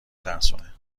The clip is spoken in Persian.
ترسونه